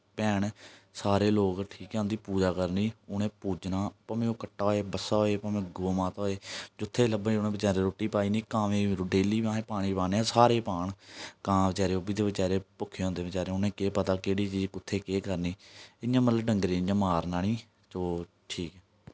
भैन सारे लोग ठीक ऐ उं'दी पूजा करनी उ'नें ई पुज्जना भामें ओह् कट्टा होऐ बस्सा होऐ भामें गौऽ माता होऐ जु'त्थे बी लब्भे उ'नें बचारे गी रोटी पाई ओड़नी कावें गी डेली अस पानी पाने आं सारे पान कांऽ बचारे ओह् बी ते बचारे भुक्खे होंदे बचारे उ'न्ने केह् पता केह्ड़ी चीज कु'त्थें केह् करनी इ'यां मतलब डंगरें ई इ'यां मारना नेईं तो ठीक ऐ